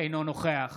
אינו נוכח